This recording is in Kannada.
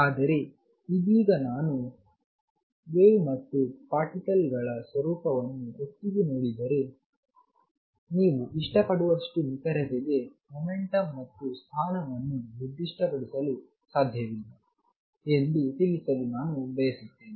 ಆದರೆ ಇದೀಗ ನಾನು ವೇವ್ ಮತ್ತು ಪಾರ್ಟಿಕಲ್ ಗಳ ಸ್ವರೂಪವನ್ನು ಒಟ್ಟಿಗೆ ನೋಡಿದರೆ ನೀವು ಇಷ್ಟಪಡುವಷ್ಟು ನಿಖರತೆಗೆ ಮೊಮೆಂಟಂ ಮತ್ತು ಸ್ಥಾನವನ್ನು ನಿರ್ದಿಷ್ಟಪಡಿಸಲು ಸಾಧ್ಯವಿಲ್ಲ ಎಂದು ತಿಳಿಸಲು ನಾನು ಬಯಸುತ್ತೇನೆ